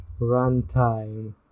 runtime